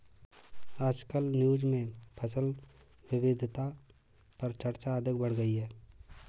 आजकल न्यूज़ में फसल विविधता पर चर्चा अधिक बढ़ गयी है